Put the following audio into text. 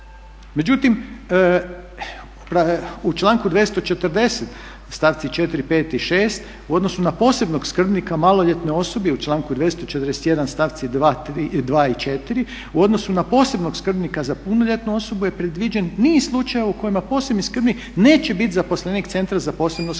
Međutim, u članku 240.stavci 4., 5. i 6.u odnosu na posebnog skrbnika maloljetnoj osobi u članku 241.stavci 2. i 4.u odnosu na posebnog skrbnika za punoljetnu osobu je predviđen niz slučajeva u kojima posebni skrbnik neće biti zaposlenik centra za posebno skrbništvo.